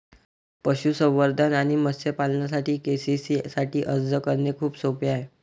पशुसंवर्धन आणि मत्स्य पालनासाठी के.सी.सी साठी अर्ज करणे खूप सोपे आहे